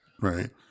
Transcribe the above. right